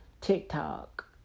TikTok